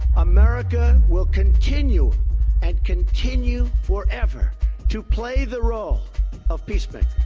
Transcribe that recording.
america will continue and continue forever to play the role of peacemaker